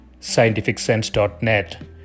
scientificsense.net